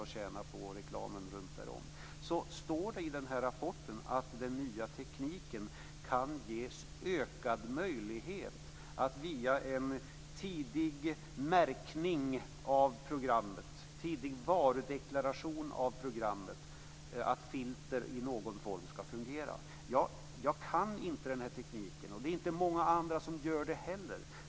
Det kan ge oss möjlighet att skydda oss mot pornografi och framför allt de oerhörda våldsscener som vissa TV-företag frossar i. TV-företagen tror att det finns pengar att tjäna på reklamen runtomkring. Jag kan inte den tekniken, och det är inte många andra som kan heller.